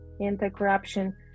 anti-corruption